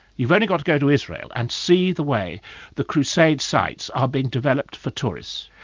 you've only got to go to israel and see the way the crusade sites are being developed for tourists,